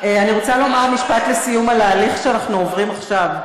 אני רוצה לומר משפט לסיום על ההליך שאנחנו עוברים עכשיו,